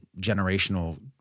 generational